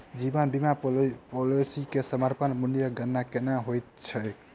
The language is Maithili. जीवन बीमा पॉलिसी मे समर्पण मूल्यक गणना केना होइत छैक?